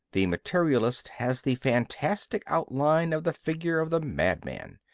the materialist has the fantastic outline of the figure of the madman.